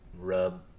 rub